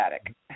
static